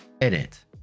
edit